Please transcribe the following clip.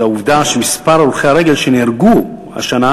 זה העובדה שמספר הולכי הרגל שנהרגו השנה